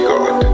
God